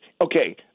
Okay